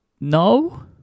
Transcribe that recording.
no